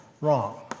wrong